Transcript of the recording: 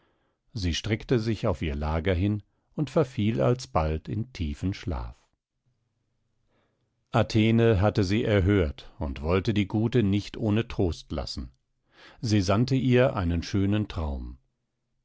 sie streckte sich auf ihr lager hin und verfiel alsbald in tiefen schlaf athene hatte sie erhört und wollte die gute nicht ohne trost lassen sie sandte ihr einen schönen traum